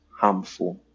harmful